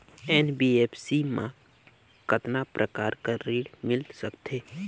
NBFC मा कतना प्रकार कर ऋण मिल सकथे?